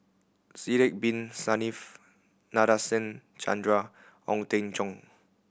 Sidek Bin Saniff Nadasen Chandra Ong Teng Cheong